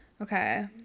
Okay